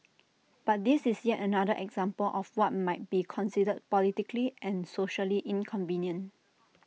but this is yet another example of what might be considered politically and socially inconvenient